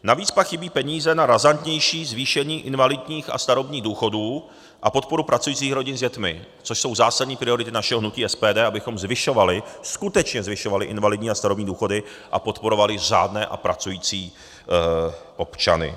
Navíc pak chybí peníze na razantnější zvýšení invalidních a starobních důchodů a podporu pracujících rodin s dětmi, což jsou zásadní priority našeho hnutí SPD, abychom zvyšovali, skutečně zvyšovali invalidní a starobní důchody a podporovali řádné a pracující občany.